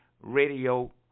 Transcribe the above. Radio